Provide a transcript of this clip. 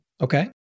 Okay